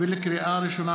לקריאה ראשונה,